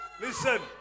Listen